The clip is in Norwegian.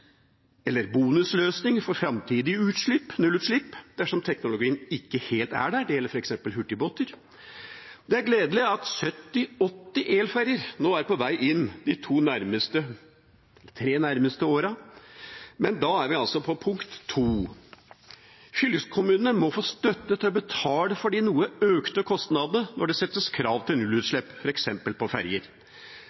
eller en bonusløsning for framtidige nullutslipp dersom teknologien ikke helt er der. Det gjelder f.eks. hurtigbåter. Det er gledelig at 70–80 elferjer er på vei inn de tre nærmeste årene – og da er vi kommet til neste punkt: Fylkeskommunene må få støtte til å betale for de noe økte kostnadene når det stilles krav